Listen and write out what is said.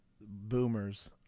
Boomers